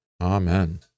Amen